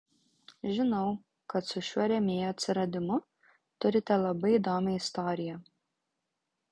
žinau kad su šiuo rėmėjo atsiradimu turite labai įdomią istoriją